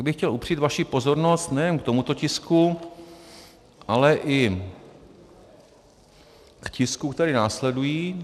Pak bych chtěl upřít vaši pozornost nejen k tomuto tisku, ale i k tiskům, které následují.